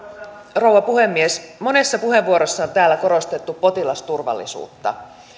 rouva puhemies monessa puheenvuorossa on täällä korostettu potilasturvallisuutta